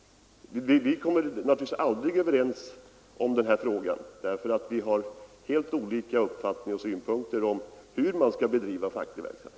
Vi kommer naturligtvis aldrig överens i den här frågan. Vi har helt olika uppfattningar om och synpunkter på hur facklig verksamhet skall bedrivas.